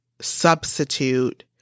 substitute